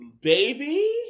Baby